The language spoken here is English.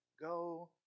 Go